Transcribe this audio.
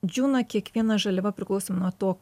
džiūna kiekviena žaliava priklausomai nuo to